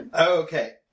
Okay